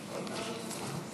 הרצוג.